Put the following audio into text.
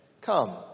Come